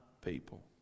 people